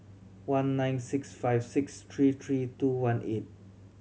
one nine six five six three three two one eight